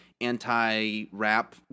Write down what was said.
anti-rap